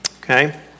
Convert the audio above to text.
okay